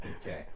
Okay